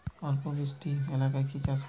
অল্প বৃষ্টি এলাকায় কি চাষ করব?